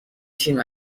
تیم